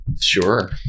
sure